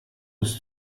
ist